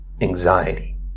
anxiety